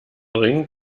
ring